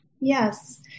Yes